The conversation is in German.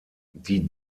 die